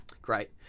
Great